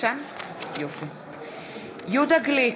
יהודה גליק,